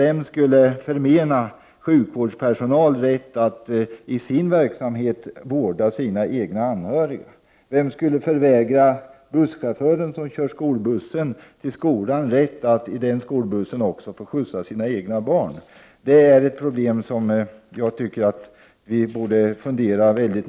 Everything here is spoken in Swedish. Vem skulle förmena sjukvårdspersonal rätten att i sin verksamhet vårda sina egna anhöriga? Vem skulle förvägra busschauffören som kör skolbussen rätten att i den också skjutsa sina egna barn? Det är en fråga som jag tycker att vi borde fundera över.